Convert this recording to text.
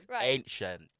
ancient